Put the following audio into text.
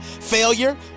failure